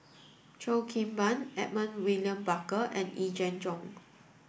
Cheo Kim Ban Edmund William Barker and Yee Jenn Jong